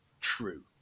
true